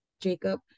jacob